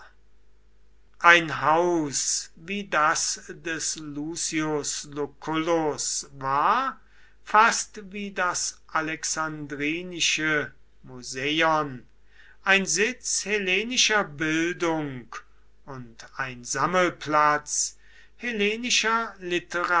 ein haus wie das des lucius lucullus war fast wie das alexandrinische museion ein sitz hellenischer bildung und ein sammelplatz hellenischer